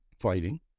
fighting